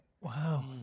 Wow